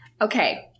Okay